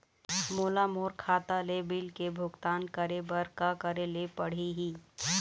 मोला मोर खाता ले बिल के भुगतान करे बर का करेले पड़ही ही?